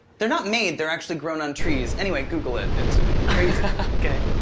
they're not made they're actually grown on trees. anyway, google it it's okay.